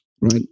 Right